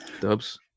Dubs